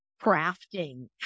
crafting